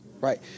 right